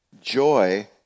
joy